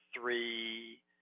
three